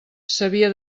sabia